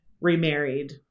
remarried